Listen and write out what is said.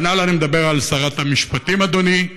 כנ"ל אני מדבר על שרת המשפטים, אדוני.